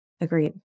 Agreed